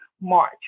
March